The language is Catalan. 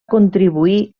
contribuir